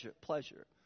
pleasure